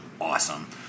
awesome